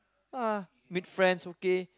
ah meet friends okay